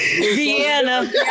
Vienna